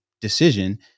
decision